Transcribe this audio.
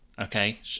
Okay